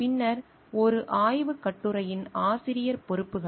பின்னர் ஒரு ஆய்வுக் கட்டுரையின் ஆசிரியரின் பொறுப்புகள்